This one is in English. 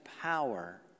power